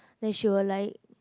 then she will like